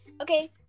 Okay